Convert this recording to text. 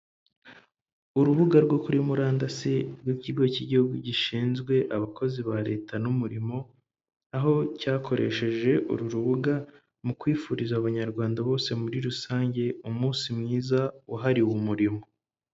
Urubuga rwo kuri murandasi rw'ikigo cy'igihugu gishinzwe abakozi ba Leta n'umurimo, aho cyakoresheje uru rubuga mu kwifuriza abanyarwanda bose muri rusange, umunsi mwiza wahariwe umurimo.